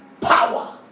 power